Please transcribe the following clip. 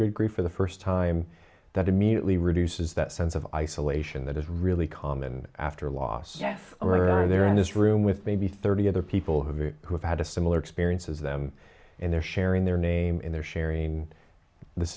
good grief for the first time that immediately reduces that sense of isolation that is really common after a loss yes there are in this room with maybe thirty other people who who have had a similar experiences them and they're sharing their name in their sharing this